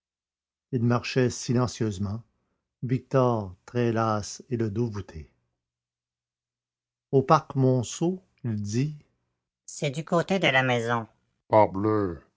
marchaient silencieusement victor très las et le dos voûté au parc monceau il dit c'est du côté de la maison